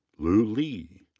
lu li.